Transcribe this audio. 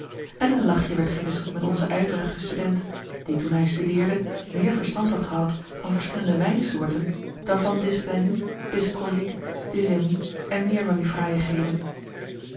en een lachje werd gewisseld met onzen ijverigen student die toen hij studeerde meer verstand had gehad van verschillende wijnsoorten dan van dysblennie dyscolic dysemie en meer van die